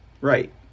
right